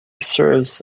serves